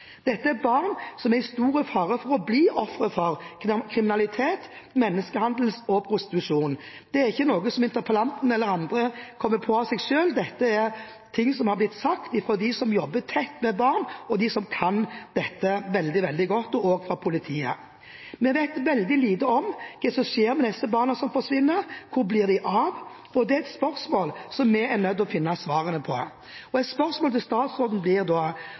Dette er barn som er i stor fare for å bli ofre for kriminalitet, menneskehandel og prostitusjon. Det er ikke noe som interpellanten eller andre kommer på av seg selv, dette er ting som har blitt sagt av dem som jobber tett med barn, av dem som kan dette veldig godt, og også av politiet. Vi vet veldig lite om hva som skjer med de barna som forsvinner. Hvor blir de av? Det er et spørsmål som vi er nødt til å finne svaret på. Et spørsmål til statsråden blir da: